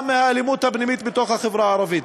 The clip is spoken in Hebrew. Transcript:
מהאלימות הפנימית בתוך החברה הערבית.